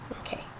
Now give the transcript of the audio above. Okay